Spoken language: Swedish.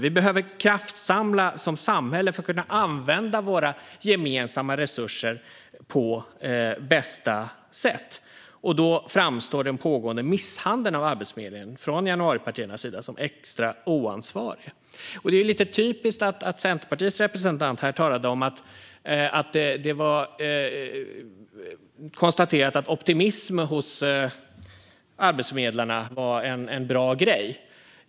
Vi behöver kraftsamla som samhälle för att kunna använda våra gemensamma resurser på bästa sätt, och då framstår den pågående misshandeln av Arbetsförmedlingen från januaripartiernas sida som extra oansvarig. Det är lite typiskt att Centerpartiets representant här talade om att det var konstaterat att optimism hos arbetsförmedlarna var en bra grej.